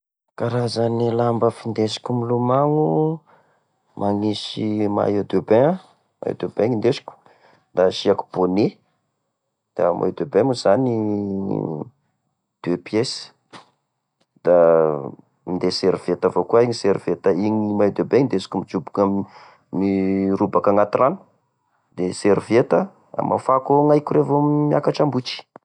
Karazane lamba findesiko milomano magnisy maillot de bain aho, maillot de bain no indesiko, da asiako bonnet; da maillot de bain mo zany deux pieces, da minday serviette avakoa aho, igny serviette, igny maillot de bain igny indesko midroboka mirobaka agnaty rano,.gne servietta amafako gnaiko reva miakatra ambotry.